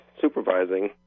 supervising